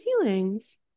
feelings